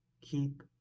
Keep